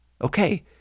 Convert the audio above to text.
Okay